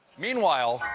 meanwhile,